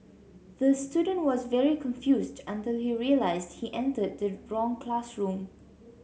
the student was very confused until he realised he entered the wrong classroom